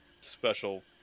special